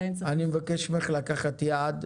עדיין צריכים --- אני מבקש ממך לקחת יעד,